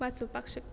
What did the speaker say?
वाचोवपाक शकता